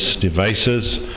devices